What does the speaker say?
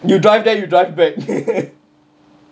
you drive there you drive back